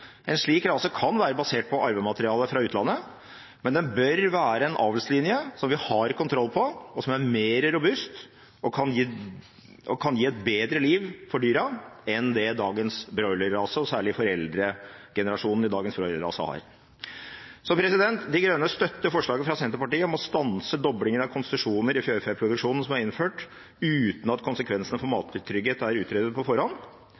En slik rase kan være basert på arvemateriale fra utlandet, men den bør være en avlslinje som vi har kontroll på, og som er mer robust og kan gi et bedre liv for dyra enn det dagens broilerrase – og særlig foreldregenerasjonen i dagens broilerrase – har. De Grønne støtter forslaget fra Senterpartiet om å stanse doblingen av konsesjoner i fjørfeproduksjonen som er innført uten at konsekvensene for mattrygghet er utredet på forhånd.